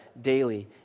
daily